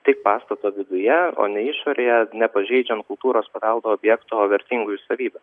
tik pastato viduje o ne išorėje nepažeidžiant kultūros paveldo objekto vertingųjų savybių